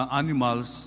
animals